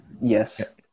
Yes